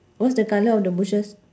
what's the colour of the bushes